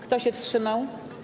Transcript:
Kto się wstrzymał?